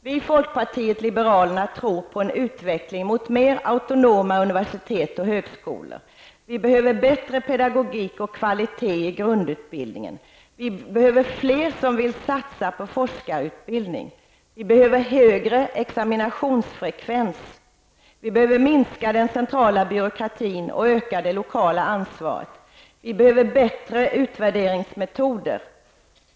Vi i folkpartiet liberalerna tror på en utveckling mot mer autonoma universitet och högskolor. Vi behöver bättre pedagogik och kvalitet i grundutbildningen. Vi behöver fler som vill satsa på forskarutbildning. Vi behöver högre examinationsfrekvens. Vi behöver minska den centrala byråkratin och öka det lokala ansvaret. Vi behöver bättre utvärderingsmetoder.